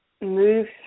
move